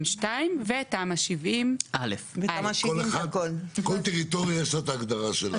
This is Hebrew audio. M2 ותמ"א 70א. כל טריטוריה יש לה את ההגדרה שלה.